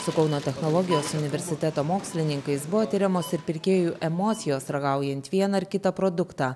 su kauno technologijos universiteto mokslininkais buvo tiriamos ir pirkėjų emocijos ragaujant vieną ar kitą produktą